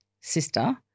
sister